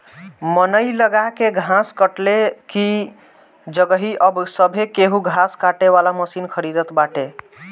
मनई लगा के घास कटले की जगही अब सभे केहू घास काटे वाला मशीन खरीदत बाटे